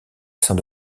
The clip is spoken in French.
saint